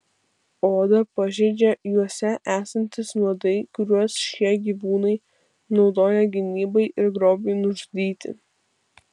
odą pažeidžia juose esantys nuodai kuriuos šie gyvūnai naudoja gynybai ir grobiui nužudyti